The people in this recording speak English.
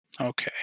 Okay